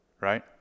Right